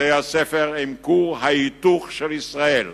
בתי-הספר הם כור ההיתוך של ישראל.